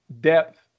depth